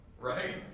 right